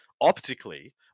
optically